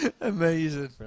amazing